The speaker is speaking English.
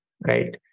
right